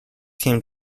came